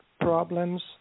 problems